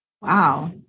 Wow